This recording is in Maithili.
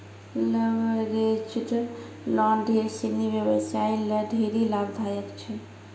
लवरेज्ड लोन ढेर सिनी व्यवसायी ल ढेरी लाभदायक छै